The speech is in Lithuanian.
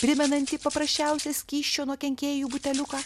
primenantį paprasčiausią skysčio nuo kenkėjų buteliuką